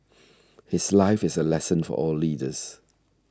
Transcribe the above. his life is a lesson for all leaders